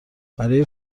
برای